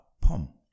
Pom